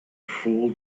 fool